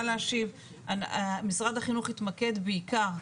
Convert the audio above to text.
משרד החינוך התמקד בעיקר,